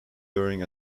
during